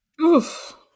Oof